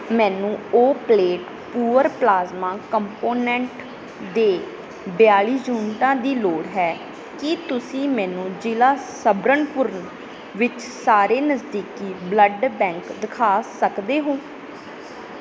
ਮੈਨੂੰ ਉਹ plate poor plasma component ਦੇ ਬਿਆਲੀ ਯੂਨਿਟਾਂ ਦੀ ਲੋੜ ਹੈ ਕੀ ਤੁਸੀਂ ਮੈਨੂੰ ਜ਼ਿਲ੍ਹੇ ਸਬਰਨਪੁਰ ਵਿੱਚ ਸਾਰੇ ਨਜ਼ਦੀਕੀ ਬਲੱਡ ਬੈਂਕ ਦਿਖਾ ਸਕਦੇ ਹੋ